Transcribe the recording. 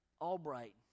Albright